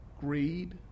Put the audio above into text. Greed